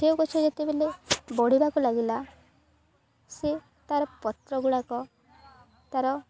ସେଓ ଗଛ ଯେତେବେଳେ ବଢ଼ିବାକୁ ଲାଗିଲା ସେ ତାର ପତ୍ର ଗୁଡ଼ାକ ତାର